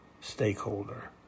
stakeholder